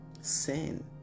sin